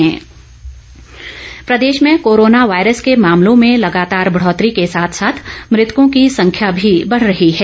corona update Himachal Pradesh में corona virus के मामलों में लगातार बढ़ौतरी के साथ साथ मृतकों की संख्या भी बढ़ रही है